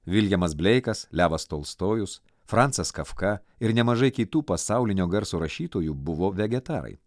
viljamas bleikas levas tolstojus francas kafka ir nemažai kitų pasaulinio garso rašytojų buvo vegetarai